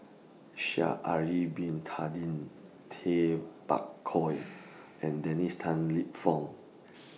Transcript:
Sha'Ari Bin Tadin Tay Bak Koi and Dennis Tan Lip Fong